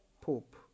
Pope